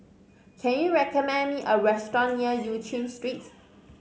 can you recommend me a restaurant near Eu Chin Street